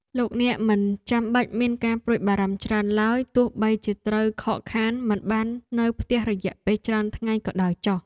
លោកអ្នកមិនចាំបាច់មានការព្រួយបារម្ភច្រើនឡើយទោះបីជាត្រូវខកខានមិនបាននៅផ្ទះរយៈពេលច្រើនថ្ងៃក៏ដោយចុះ។